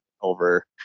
over